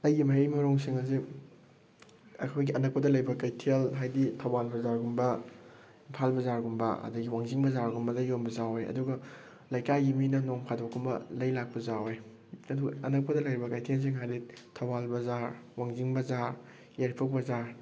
ꯑꯩꯒꯤ ꯃꯍꯩ ꯃꯔꯣꯡꯁꯤꯡ ꯑꯁꯦ ꯑꯩꯈꯣꯏꯒꯤ ꯑꯅꯛꯄꯗ ꯂꯩꯕ ꯀꯩꯊꯦꯜ ꯍꯥꯏꯗꯤ ꯊꯧꯕꯥꯜ ꯕꯖꯥꯔꯒꯨꯝꯕ ꯏꯝꯐꯥꯜ ꯕꯖꯥꯔꯒꯨꯝꯕ ꯑꯗꯒꯤ ꯋꯥꯡꯖꯤꯡ ꯕꯖꯥꯔꯒꯨꯝꯕꯗ ꯌꯣꯟꯕꯁꯨ ꯌꯥꯎꯋꯦ ꯑꯗꯨꯒ ꯂꯩꯀꯥꯏꯒꯤ ꯃꯤꯅ ꯅꯣꯡ ꯐꯥꯗꯣꯛꯀꯨꯝꯕ ꯂꯩ ꯂꯥꯛꯄꯁꯨ ꯌꯥꯎꯋꯦ ꯑꯗꯨ ꯑꯅꯛꯄꯗ ꯂꯩꯔꯤꯕ ꯀꯩꯊꯦꯜꯁꯤꯡ ꯍꯥꯏꯔꯗꯤ ꯊꯧꯕꯥꯜ ꯕꯖꯥꯔ ꯋꯥꯡꯖꯤꯡ ꯕꯖꯥꯔ ꯌꯥꯏꯔꯤꯄꯣꯛ ꯕꯖꯥꯔ